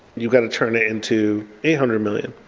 you've got to turn it into eight hundred million.